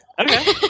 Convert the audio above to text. okay